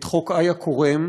את חוק איה כורם,